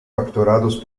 capturados